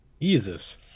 Jesus